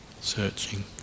searching